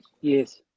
Yes